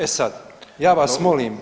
E sad ja vas molim